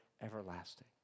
everlasting